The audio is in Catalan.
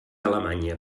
alemanya